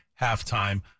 halftime